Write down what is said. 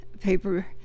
Paper